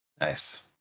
Nice